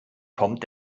kommt